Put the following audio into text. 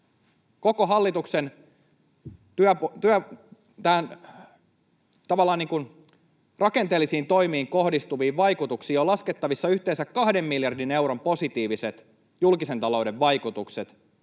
Koko hallituksen rakenteellisille toimille on laskettavissa yhteensä kahden miljardin euron positiiviset julkisen talouden vaikutukset